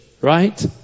right